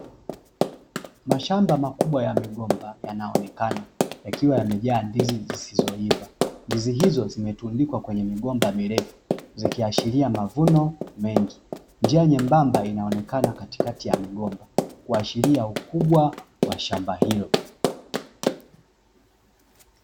Mashamba makubwa ya migomba yanaonekana yakiwa yamejaa na ndizi zisizoiva. Ndizi hizo zimetundikwa kwenye migomba mirefu zikiashiria mavuno mengi. Njia nyembamba inaonekana katikati ya migomba kuashiria ukubwa wa shamba hilo.